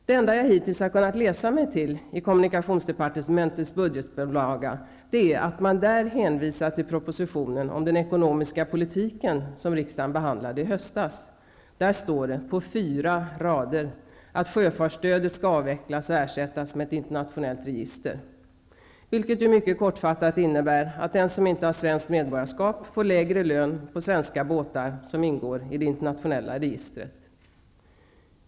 Det enda jag hittills har kunnat läsa mig till i kommunikationsdepartementets budgetbilaga är att man där hänvisar till propositionen om den ekonomiska politiken, som riksdagen behandlade i höstas. Där står det på fyra rader att sjöfartsstödet skall avvecklas och ersättas med ett internationellt register, vilket ju mycket kortfattat innebär att den som inte har svenskt medborgarskap får lägre lön på svenska båtar som ingår i det internationella registret.